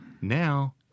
Now